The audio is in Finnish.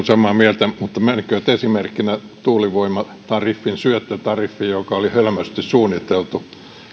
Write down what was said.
samaa mieltä mutta meri käytti esimerkkinä tuulivoimatariffin syöttötariffia joka oli hölmösti suunniteltu